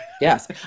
yes